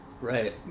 Right